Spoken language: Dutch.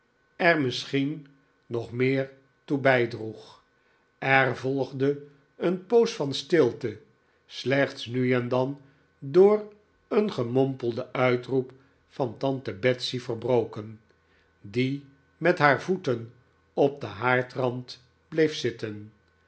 er misschien nog meer toe bijdroeg er volgde een poos van stilte slechts nu en dan door een gemompelden uitroep van tante betsey verbroken die met haar voeten op den haardrand bleef zitten